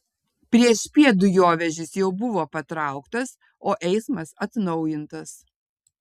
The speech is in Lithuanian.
priešpiet dujovežis jau buvo patrauktas o eismas atnaujintas